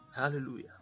Hallelujah